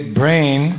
brain